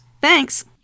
Thanks